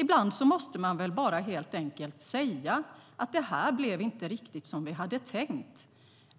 Ibland måste man väl helt enkelt bara säga: Det här blev inte riktigt som vi hade tänkt.